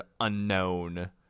unknown